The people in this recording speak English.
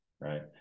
right